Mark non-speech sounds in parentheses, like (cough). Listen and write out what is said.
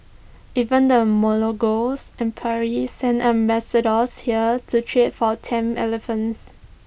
even the (unintelligible) empire sent ambassadors here to trade for tame elephants